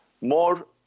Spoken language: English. More